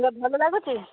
ପୁରା ଭଲ ଲାଗୁଛି